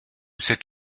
cet